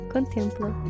Contempla